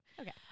Okay